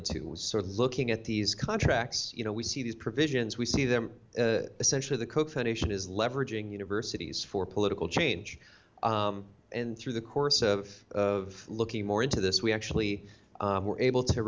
into was sort of looking at these contracts you know we see these provisions we see them essentially the koch foundation is leveraging universities for political change and through the course of of looking more into this we actually were able to